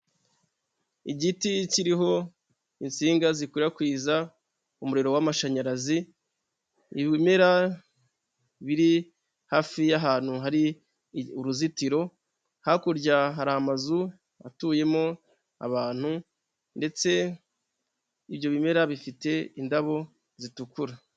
Igiti kiriho insinga zikwirakwiza umuriro w'amashanyarazi, ibimera biri hafi y'ahantu hari uruzitiro, hakurya hari amazu atuyemo abantu ndetse ibyo bimera bifite indabo zitukura.